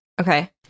Okay